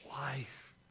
life